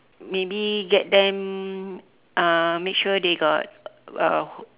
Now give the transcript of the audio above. maybe get them uh make sure they got a